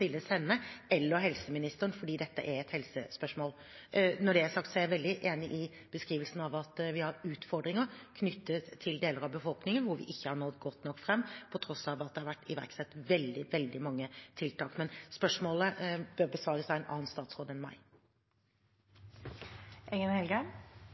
henne eller helseministeren, for dette er et helsespørsmål. Når det er sagt, er jeg veldig enig i beskrivelsen av at vi har utfordringer knyttet til deler av befolkningen hvor vi ikke har nådd godt nok frem på tross av at det har vært iverksatt veldig, veldig mange tiltak. Men spørsmålet bør besvares av en annen statsråd enn